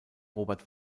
robert